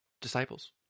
disciples